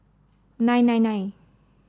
nine nine nine